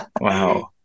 Wow